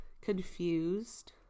confused